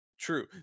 true